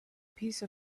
piece